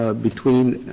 ah between